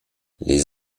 les